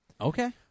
Okay